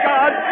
God